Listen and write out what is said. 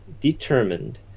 determined